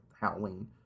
Halloween